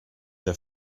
der